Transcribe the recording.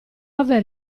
aver